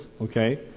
okay